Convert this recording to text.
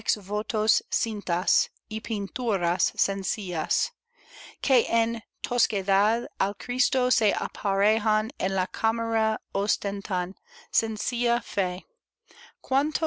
ex votos cintas y pinturas sencillas que en tosquedad al cristo se aparejan en la cámara ostentan sencilla fe cuántos